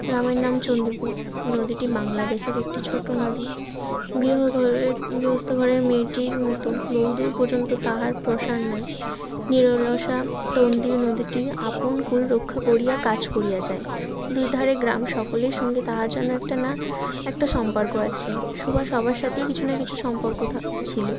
গ্রামের নাম চন্ডীপুর নদীটি বাংলাদেশের একটি ছোটো নদী গৃহ ঘরের গৃহস্থ ঘরের মেয়েটির মতো বহু দূর পর্যন্ত তাহার প্রসার নাই নিরলসা তন্বী নদীটি আপন কুল রক্ষা করিয়া কাজ করিয়া যায় দুই ধারে গ্রাম সকলের সঙ্গে তাহার যেন একটা না একটা সম্পর্ক আছে সুভার সবার সাথেই কিছু না কিছু সম্পর্ক থা ছিলো